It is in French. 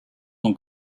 ont